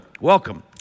welcome